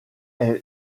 est